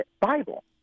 Bible